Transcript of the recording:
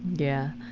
yeah.